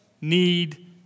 need